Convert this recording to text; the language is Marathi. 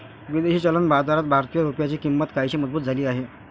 विदेशी चलन बाजारात भारतीय रुपयाची किंमत काहीशी मजबूत झाली आहे